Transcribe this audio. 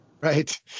Right